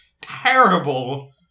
terrible